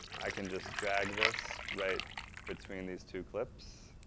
i can just drag this right between these two clips.